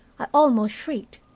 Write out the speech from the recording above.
i almost shrieked.